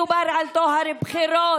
לא מדובר על טוהר בחירות.